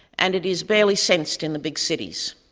and it is barely sensed in the big cities.